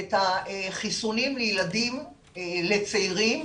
את החיסונים לצעירים